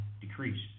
decreased